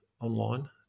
online